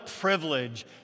privilege